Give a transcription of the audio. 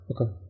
Okay